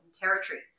Territory